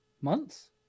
months